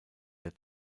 der